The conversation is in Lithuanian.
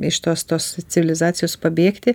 iš tos tos civilizacijos pabėgti